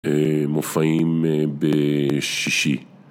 מופעים בשישי